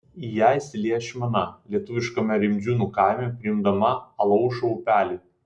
į ją įsilieja ašmena lietuviškame rimdžiūnų kaime priimdama alaušo upelį